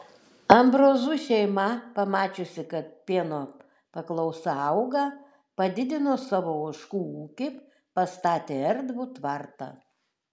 ambrozų šeima pamačiusi kad pieno paklausa auga padidino savo ožkų ūkį pastatė erdvų tvartą